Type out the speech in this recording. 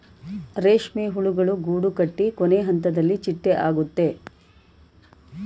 ರೇಷ್ಮೆ ಹುಳುಗಳು ಗೂಡುಕಟ್ಟಿ ಕೊನೆಹಂತದಲ್ಲಿ ಚಿಟ್ಟೆ ಆಗುತ್ತೆ